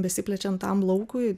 besiplečiant tam laukui